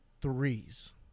threes